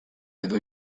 edo